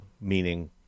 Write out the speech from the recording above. Meaning